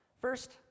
first